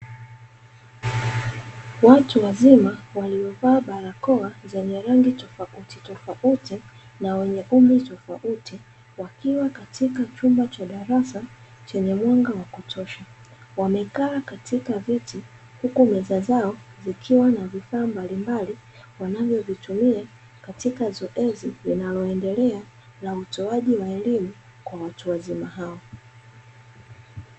Watu wazima waliovaa barakoa zenye rangi tofauti tofauti na wenye umri tofauti, wakiwa katika chumba cha darasa chenye mwanga wa kutosha, wamekaa katika viti, huku meza zao zikiwa na vifaa mbalimbali wanavyovitumia katika zoezi linaloendelea na utoaji wa elimu kwa watu wazima hao.